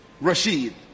Rashid